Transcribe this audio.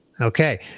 okay